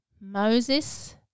Moses